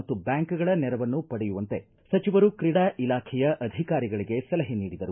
ಮತ್ತು ಬ್ಯಾಂಕ್ಗಳ ನೆರವನ್ನು ಪಡೆಯುವಂತೆ ಸಚಿವರು ಕ್ರೀಡಾ ಇಲಾಖೆಯ ಅಧಿಕಾರಿಗಳಿಗೆ ಸಲಹೆ ನೀಡಿದರು